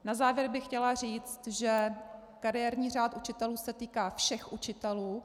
Na závěr bych chtěla říct, že kariérní řád učitelů se týká všech učitelů.